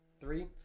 Three